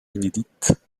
inédites